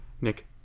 Nick